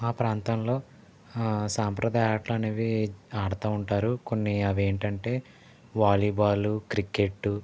మా ప్రాంతంలో సాంప్రదాయ ఆటలనేవి ఆడతా ఉంటారు కొన్ని అవి ఏంటంటే వాలీబాల్ క్రికెట్టు